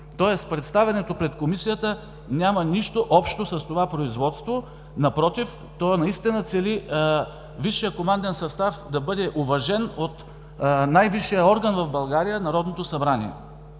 Тоест представянето пред Комисията няма нищо общо с това производство, напротив, то наистина цели Висшият команден състав да бъде уважен от най-висшия орган в България – Народното събрание